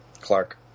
Clark